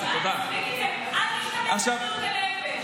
אל תשתמש בבריאות הנפש.